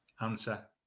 answer